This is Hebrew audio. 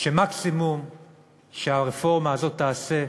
שהמקסימום שהרפורמה הזאת תעשה,